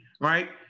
right